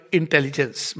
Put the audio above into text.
intelligence